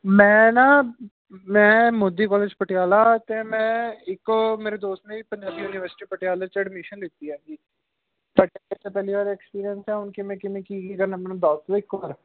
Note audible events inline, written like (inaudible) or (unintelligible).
ਮੈਂ ਨਾ ਮੈਂ ਮੋਦੀ ਕੋਲਜ ਪਟਿਆਲਾ ਅਤੇ ਮੈਂ ਇੱਕ ਮੇਰੇ ਦੋਸਤ ਨੇ ਵੀ ਪੰਜਾਬੀ ਯੂਨੀਵਸਟੀ ਪਟਿਆਲਾ 'ਚ ਐਡਮੀਸ਼ਨ ਲਿੱਤੀ ਆ ਜੀ (unintelligible) ਪਹਿਲੀ ਵਾਰ ਐਕਸਪੀਰੀਐਂਸ ਹੈ ਹੁਣ ਕਿਵੇਂ ਕਿਵੇਂ ਕੀ ਕੀ ਕਰਨਾ ਮੈਨੂੰ ਦੱਸ ਦਿਓ ਇੱਕ ਵਾਰ